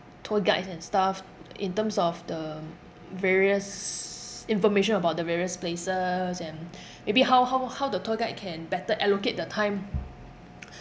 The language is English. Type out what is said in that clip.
tour guides and stuff in terms of the various information about the various places and maybe how how how the tour guide can better allocate the time